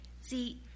See